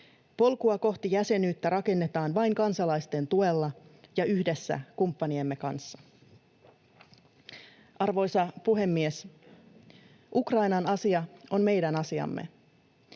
Polkua kohti jäsenyyttä rakennetaan vain kansalaisten tuella ja yhdessä kumppaniemme kanssa Arvoisa puhemies! Ukrainan asia on meidän asiamme.